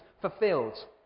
fulfilled